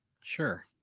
Sure